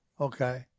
Okay